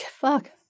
fuck